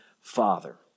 father